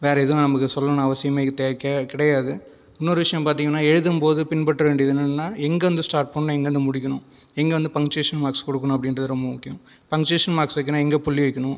வேறு எதுவும் நமக்கு சொல்லணும் அவசியமே கிடையாது இன்னொரு விஷயம் பார்த்தீங்கன்னா எழுதும்போது பின்பற்றவேண்டியது என்னென்னால் எங்கேயிருந்து ஸ்டார்ட் பண்ணணும் எங்கேயிருந்து முடிக்கணும் எங்கேயிருந்து பஞ்ச்சுவேஷன் மார்க்ஸ் கொடுக்கணும் அப்டின்றது ரொம்ப முக்கியம் பஞ்ச்சுவேஷன் மார்க்ஸ்னால் எங்கே புள்ளி வைக்கணும்